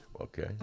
Okay